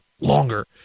longer